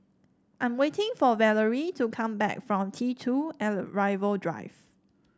I'm waiting for Valery to come back from T two Arrival Drive